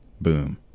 Boom